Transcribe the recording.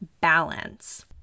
balance